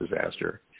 disaster